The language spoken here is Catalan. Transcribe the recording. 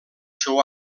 seu